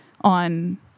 on